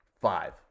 five